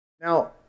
Now